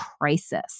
crisis